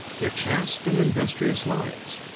their chaste and industrious lives.